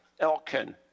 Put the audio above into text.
Elkin